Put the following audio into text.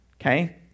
Okay